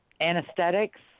anesthetics